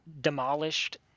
demolished